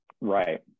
right